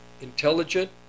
intelligent